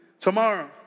tomorrow